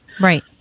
Right